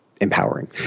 empowering